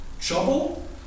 trouble